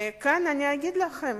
כאן אני רוצה להגיד לכם